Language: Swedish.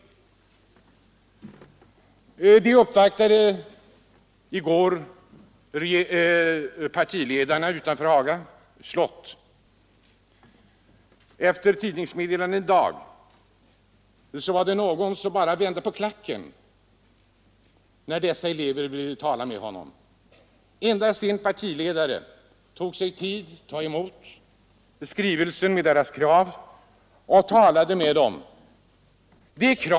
Representanter för dessa elever uppvaktade i går partiledarna utanför Haga slott. Enligt tidningsmeddelanden i dag var det någon som bara vände på klacken, när dessa elever ville tala med honom. Endast en partiledare, C.-H. Hermansson, tog sig tid att tala med dem och att ta emot en skrivelse med deras krav samt utlovade sitt stöd.